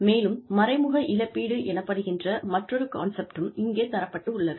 மேலும் மறைமுக இழப்பீடு எனப்படுகின்ற மற்றொரு கான்செப்ட்டும் இங்கே தரப்பட்டுள்ளது